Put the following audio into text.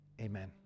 Amen